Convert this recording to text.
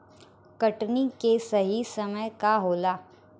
कटनी के सही समय का होला?